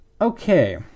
Okay